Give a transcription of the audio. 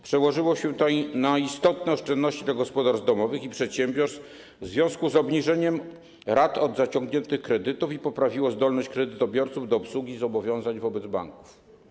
Przełożyło się to na istotne oszczędności dla gospodarstw domowych i przedsiębiorstw w związku z obniżeniem rat od zaciągniętych kredytów i poprawiło zdolność kredytobiorców do obsługi zobowiązań wobec banków.